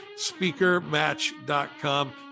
SpeakerMatch.com